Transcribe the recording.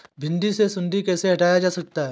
भिंडी से सुंडी कैसे हटाया जा सकता है?